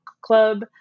club